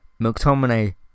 McTominay